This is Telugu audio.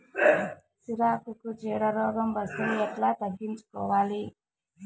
సిరాకుకు చీడ రోగం వస్తే ఎట్లా తగ్గించుకోవాలి?